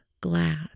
glad